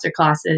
masterclasses